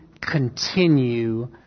continue